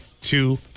two